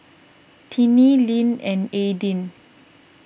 Tinnie Linn and Aidyn